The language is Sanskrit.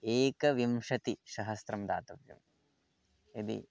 एकविंशतिः सहस्रं दातव्यं यदि